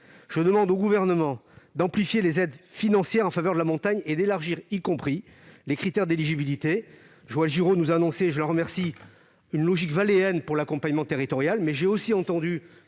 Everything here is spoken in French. Je demande au Gouvernement d'accroître les aides financières en faveur de la montagne et d'élargir les critères d'éligibilité. Joël Giraud nous a annoncé, et je l'en remercie, une « logique valléenne » pour l'accompagnement territorial, mais j'ai aussi entendu